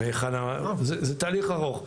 זה תהליך ארוך.